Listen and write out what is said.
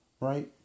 Right